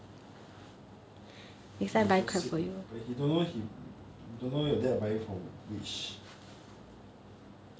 !wah! so sweet leh but he don't know you don't know your dad buying from which